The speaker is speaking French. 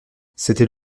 c’était